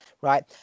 Right